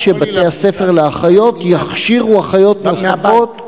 שבתי-הספר לאחיות יכשירו אחיות נוספות,